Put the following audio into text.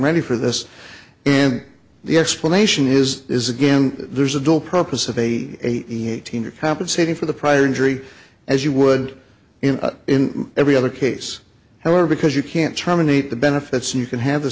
ready for this and the explanation is is again there's a dual purpose of a eighteen or compensating for the prior injury as you would in in every other case however because you can't terminate the benefits you can have the